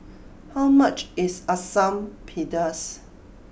how much is Asam Pedas